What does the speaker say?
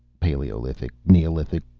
paleolithic, neolithic,